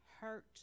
hurt